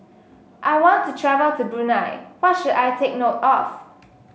I want to travel to Brunei what should I take note of